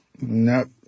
Nope